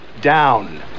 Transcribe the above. down